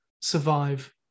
survive